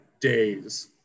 days